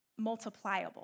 multipliable